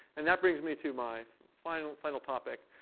and that brings me to my final, final topic.